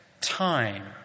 time